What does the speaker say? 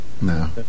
No